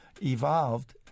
evolved